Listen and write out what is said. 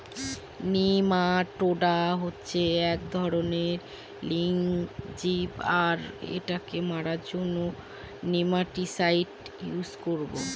nematoda হচ্ছে এক ধরনের এক লিঙ্গ জীব আর এটাকে মারার জন্য নেমাটিসাইড ইউস করবো